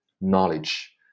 knowledge